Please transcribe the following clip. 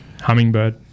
Hummingbird